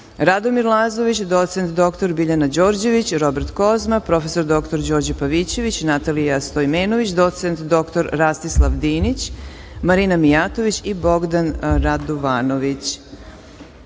Radomir Lazović, docent dr Biljana Đorđević, Robert Kozma, prof. dr Đorđe Pavićević, Natalija Stojmenović, docent dr Rastislav Dinić, Marina Mijatović i Bogdan Radovanović. Primili